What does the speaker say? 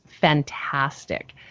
fantastic